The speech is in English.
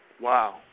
Wow